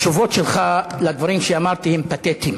התשובות שלך על הדברים שאמרתי הן פתטיות.